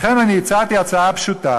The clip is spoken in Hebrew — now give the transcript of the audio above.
לכן אני הצעתי הצעה פשוטה,